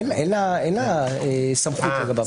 אין לה סמכות לגביו .